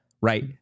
right